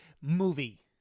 movie